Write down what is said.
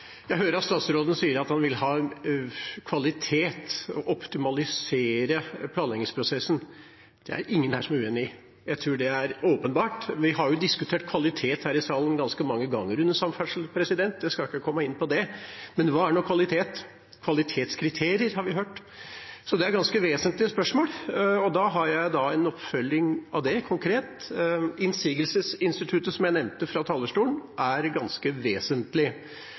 Jeg hører at statsråden sier at han vil ha kvalitet, optimalisere planleggingsprosessen. Det er det ingen her som er uenig i. Jeg tror det er åpenbart. Vi har diskutert kvalitet her i salen ganske mange ganger under samferdsel, jeg skal ikke komme inn på det. Men hva er nå kvalitet? Kvalitetskriterier, har vi hørt, så det er ganske vesentlige spørsmål, og jeg har en konkret oppfølging av det. Innsigelsesinstituttet, som jeg nevnte fra talerstolen, er ganske vesentlig.